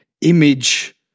image